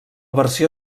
versió